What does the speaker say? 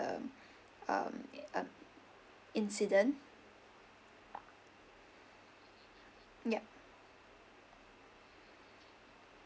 um um um incident yup